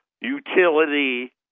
utility